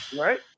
right